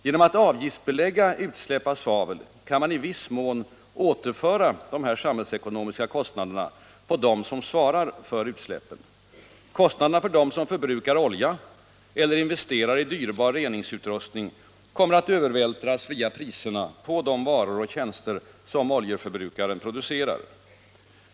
Genom att avgiftsbelägga utsläpp av svavel kan man i viss mån återföra dessa samhällsekonomiska kostnader på dem som svarar för utsläppen. Kostnaderna för dem som förbrukar olja eller investerar i dyrbar reningsutrustning kommer att övervältras via priserna på de varor och tjänster som oljeförbrukaren producerar.